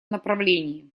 направлении